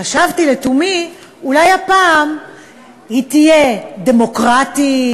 חשבתי לתומי, אולי הפעם היא תהיה דמוקרטית,